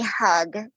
hug